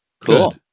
Cool